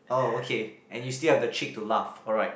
oh okay and you still have the cheek to laugh alright